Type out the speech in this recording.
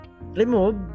Remove